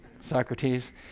Socrates